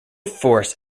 force